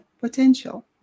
potential